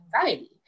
anxiety